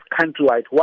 countrywide